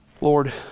Lord